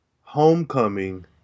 Homecoming